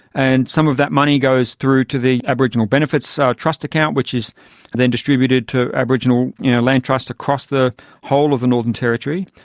and some of that money goes through to the aboriginal benefits so trust account which is then distributed to aboriginal land trusts across the whole of the northern territory.